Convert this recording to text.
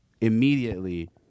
immediately